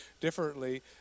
differently